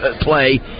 play